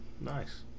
Nice